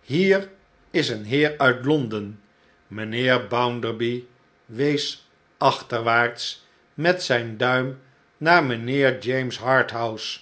hier is een heer uit l on den mijnheer bounderby wees achterwaarts met zijn duim naar mijnheer james harthouse